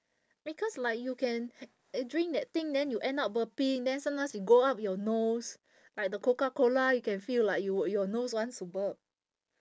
because like you can drink that thing then you end up burping then sometimes will go up your nose like the Coca-Cola you can feel like you your nose wants to burp